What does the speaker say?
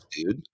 dude